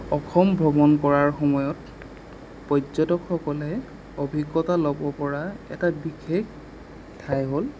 অসম ভ্ৰমণ কৰাৰ সময়ত পৰ্যটকসকলে অভিজ্ঞতা ল'ব পৰা এটা বিশেষ ঠাই হ'ল